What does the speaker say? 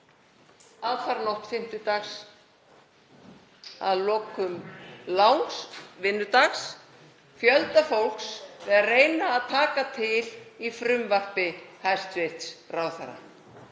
aðfaranótt fimmtudags, að loknum löngum vinnudegi fjölda fólks við að reyna að taka til í frumvarpi hæstv. ráðherra.